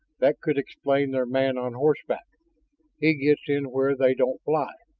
that could explain their man on horseback he gets in where they don't fly.